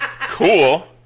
cool